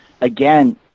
again